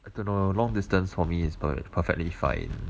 I don't know long distance for me is perfectly fine